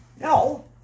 No